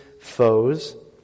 foes